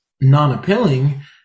non-appealing